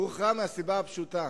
הוא הוכרע מהסיבה הפשוטה: